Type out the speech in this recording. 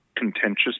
Contentious